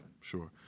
sure